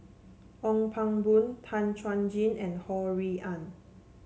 Ong Pang Boon Tan Chuan Jin and Ho Rui An